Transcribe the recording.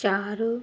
ਚਾਰ